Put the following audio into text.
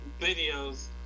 videos